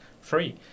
free